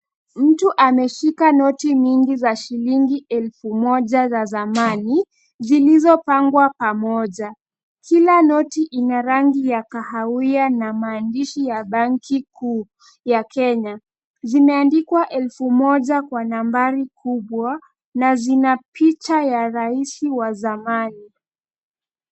Mtu ameshika noti mingi za shilingi elfu moja za zamani, zilizopangwa pamoja. Kila noti ina rangi ya kahawia na maandishi ya benki kuu ya Kenya. Zimeandikwa elfu moja kwa nambari kubwa na zina picha ya rais wa zamani.